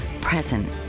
Present